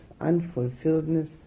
unfulfilledness